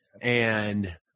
And-